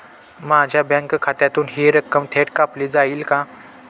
माझ्या बँक खात्यातून हि रक्कम थेट कापली जाईल का?